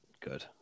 Good